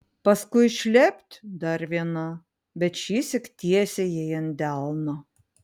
paskui šlept dar viena bet šįsyk tiesiai jai ant delno